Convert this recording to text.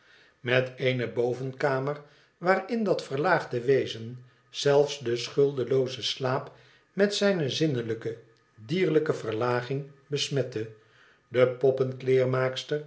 met eene bovenkamer waarin dat verlaagde wezen zelfs den schuldeloozen slaap met zijne zinnelijke dierlijke verlaging besmette de